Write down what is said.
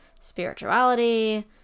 spirituality